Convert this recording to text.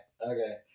okay